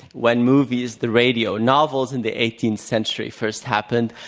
when movies, the radio, novels in the eighteenth century first happened,